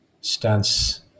stance